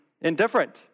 indifferent